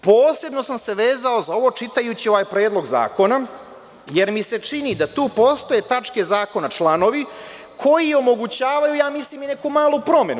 Posebno sam se vezao za ovo čitajući ovaj predlog zakona, jer mi se čini da tu postoje tačke zakona, odnosno članovi koji omogućavaju, ja mislim, i neku malu promenu.